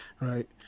right